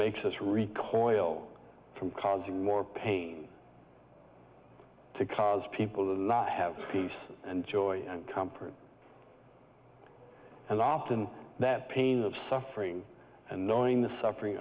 makes us recoil from causing more pain to cause people to have peace and joy and comfort and often that pain of suffering and knowing the suffering